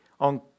on